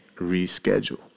reschedule